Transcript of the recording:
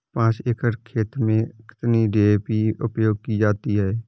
पाँच एकड़ खेत में कितनी डी.ए.पी उपयोग की जाती है?